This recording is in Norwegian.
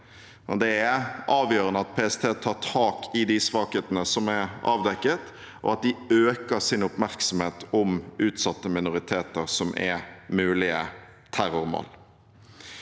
Det er avgjørende at PST tar tak i de svakhetene som er avdekket, og at de øker sin oppmerksomhet om utsatte minoriteter som er mulige terrormål.